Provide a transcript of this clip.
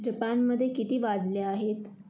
जपानमध्ये किती वाजले आहेत